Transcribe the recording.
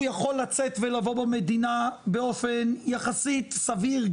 הוא יכול להיכנס ולצאת מהמדינה באופן יחסית סביר,